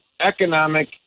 economic